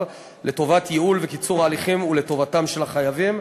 לטובת ייעול וקיצור ההליכים ולטובתם של החייבים,